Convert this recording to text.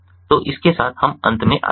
तो इस के साथ हम अंत में आते हैं